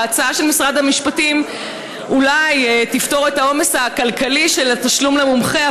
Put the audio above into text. ההצעה של משרד המשפטים אולי תפתור את העומס הכלכלי של תשלום למומחה,